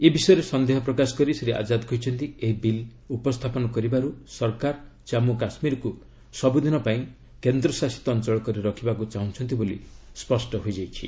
ଏ ବିଷୟରେ ସନ୍ଦେହ ପ୍ରକାଶ କରି ଶ୍ରୀ ଆଜାଦ କହିଛନ୍ତି ଏହି ବିଲ୍ ଉପସ୍ଥାପନ କରିବାରୁ ସରକାର ଜାମ୍ମୁ ଓ କାଶ୍ମୀରକୁ ସବୁଦିନ ପାଇଁ କେନ୍ଦ୍ରଶାସିତ ଅଞ୍ଚଳ କରି ରଖିବାକୁ ଚାହୁଁଛନ୍ତି ବୋଲି ସ୍ୱଷ୍ଟ ହୋଇଯାଉଛି